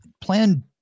plan